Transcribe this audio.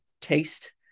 taste